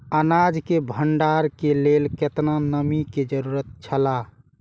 अनाज के भण्डार के लेल केतना नमि के जरूरत छला?